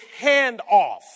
handoff